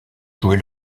jouer